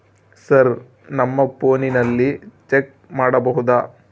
Sir ನಮ್ಮ ಫೋನಿನಲ್ಲಿ check ಮಾಡಬಹುದಾ?